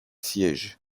sièges